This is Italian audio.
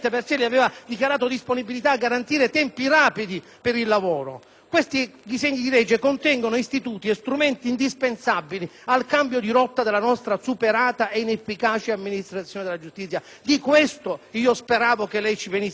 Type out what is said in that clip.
Quei disegni di legge contengono istituti e strumenti indispensabili al cambio di rotta della nostra superata e inefficace amministrazione della giustizia. Di questo io speravo che lei ci venisse a parlare. Poche considerazioni prima di chiudere a proposito del